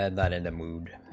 and that in the move